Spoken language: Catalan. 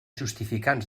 justificants